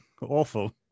awful